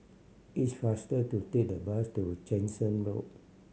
it's faster to take the bus to Jansen Road